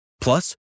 Plus